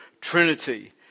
Trinity